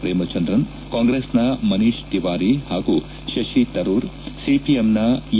ಪ್ರೇಮಚಂದ್ರನ್ ಕಾಂಗ್ರೆಸ್ನ ಮನೀಶ್ ತಿವಾರಿ ಹಾಗೂ ಶಶಿ ತರೂರ್ ಸಿಪಿಎಂನ ಎ